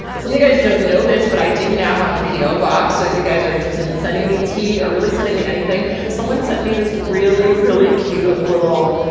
so many guys don't know this, but i do now have a po box. so if you guys are interested in sending me tea or really sitting the anything, someone sent me this really, really cute little,